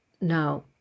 no